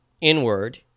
inward